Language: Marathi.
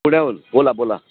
पुण्याहून बोला बोला